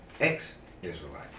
ex-Israelite